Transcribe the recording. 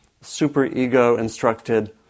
super-ego-instructed